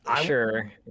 sure